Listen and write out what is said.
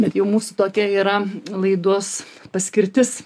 bet jau mūsų tokia yra laidos paskirtis